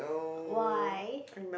why